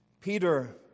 Peter